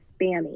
spammy